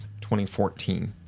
2014